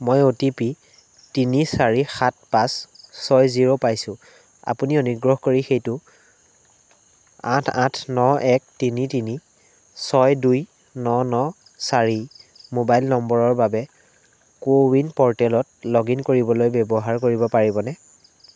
মই O T P তিনি চাৰি সাত পাঁচ ছয় জিৰ' পাইছোঁ আপুনি অনুগ্ৰহ কৰি সেইটো আঠ আঠ ন এক তিনি তিনি ছয় দুই ন ন চাৰি মোবাইল নম্বৰৰ বাবে কো ৱিন প'ৰ্টেলত লগ ইন কৰিবলৈ ব্যৱহাৰ কৰিব পাৰিবনে